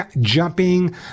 jumping